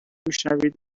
میشنوید